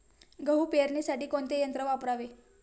गहू पेरणीसाठी कोणते यंत्र वापरावे?